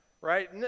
right